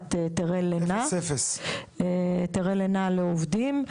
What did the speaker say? מכסת היתרי לינה לעובדים.